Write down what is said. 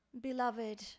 beloved